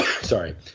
sorry